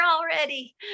already